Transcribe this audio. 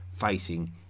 facing